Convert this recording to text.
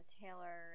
Taylor